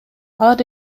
алар